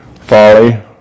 folly